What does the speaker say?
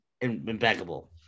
impeccable